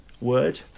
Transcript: word